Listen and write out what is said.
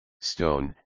stone